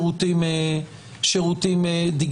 אולי בזה נצליח אפילו לעקוף את אסטוניה,